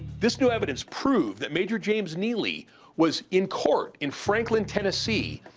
this new evidence proved that major james neely was in court in franklin, tennessee.